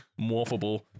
morphable